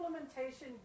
implementation